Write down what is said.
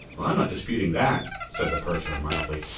i'm not disputing that, said the purser mildly.